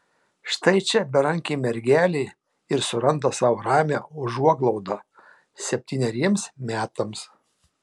štai čia berankė mergelė ir suranda sau ramią užuoglaudą septyneriems metams